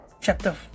chapter